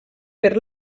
per